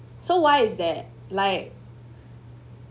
so why is that like